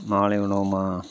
மாலை உணவகமா